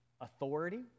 authority